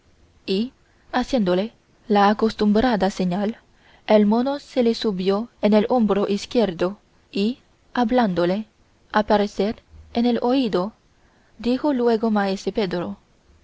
y haciéndole la acostumbrada señal el mono se le subió en el hombro izquierdo y hablándole al parecer en el oído dijo luego maese pedro